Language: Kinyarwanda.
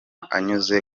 anyuze